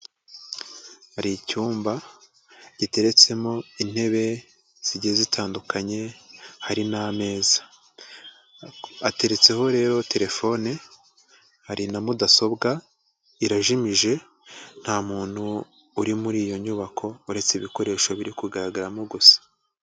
Hari icyumba giteretsemo intebe zigiye zitandukanye, hari n'ameza ateretseho rero telefoni, hari na mudasobwa, irajimije, ntamuntu uri muri iyo nyubako, uretse ibikoresho biri kugaragaramo gusa.